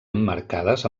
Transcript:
emmarcades